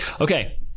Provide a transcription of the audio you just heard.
Okay